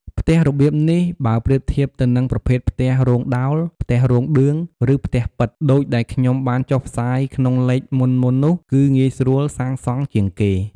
ផ្ទះរបៀបនេះ បើប្រៀបធៀបទៅនឹងប្រភេទផ្ទះរោងដោល, ផ្ទះរោងឌឿង ឬផ្ទះប៉ិត ដូចដែលខ្ញុំបានចុះផ្សាយក្នុងលេខមុនៗនោះ គឺងាយស្រួលសាងសង់ជាងគេ។